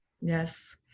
Yes